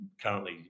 currently